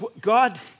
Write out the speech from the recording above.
God